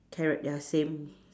carrot ya same